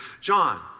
John